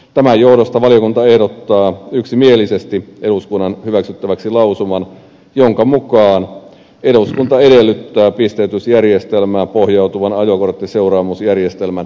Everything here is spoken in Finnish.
tämän johdosta valiokunta ehdottaa yksimielisesti eduskunnan hyväksyttäväksi lausuman jonka mukaan eduskunta edellyttää pisteytysjärjestelmään pohjautuvan ajokorttiseuraamusjärjestelmän toteuttamista